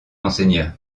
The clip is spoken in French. monseigneur